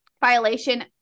violation